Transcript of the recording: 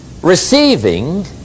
Receiving